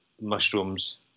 mushrooms